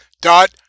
dot